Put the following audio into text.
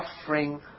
suffering